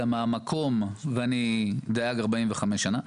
ואני דייג 45 שנה,